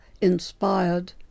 inspired